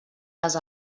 les